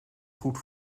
goed